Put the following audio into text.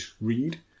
read